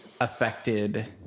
affected